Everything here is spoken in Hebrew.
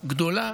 גדולה,